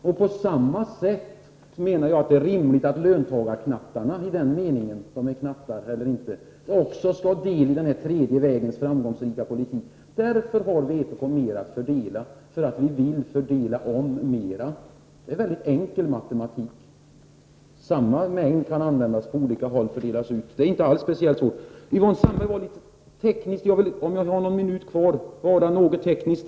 Och jag menar att det på samma sätt är rimligt att ”löntagar-knattarna” — om de nu är knattar — också får del av denna den tredje vägens framgångsrika politik. Vpk har alltså mer att fördela därför att vi vill fördela om mera. Det är en väldigt enkel matematik. Samma mängd kan användas på olika håll och fördelas ut, det är inte alls speciellt svårt. Yvonne Sandberg-Fries var litet teknisk, och även jag tänker vara litet teknisk.